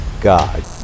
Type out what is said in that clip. God